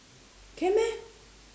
can meh